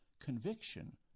Conviction